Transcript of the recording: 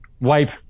wipe